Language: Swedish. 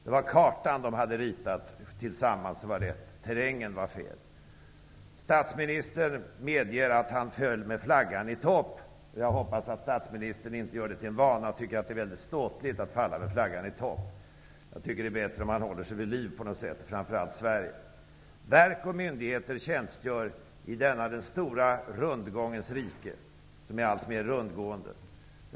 Den karta som de tillsammans hade ritat var riktig, men terrängen var fel. Statsministern medger att han föll med flaggan i topp. Jag hoppas att statsministern inte gör det till en vana och tycker att det är ståtligt att falla med flaggan i topp. Det är bättre om han på något sätt håller sig och framför allt Sverige vid liv. Verk och myndigheter tjänstgör i detta den stora rundgångens rike, som är alltmer rundgående.